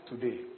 today